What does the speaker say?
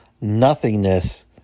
Nothingness